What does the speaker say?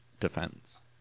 Defense